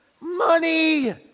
money